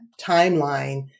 timeline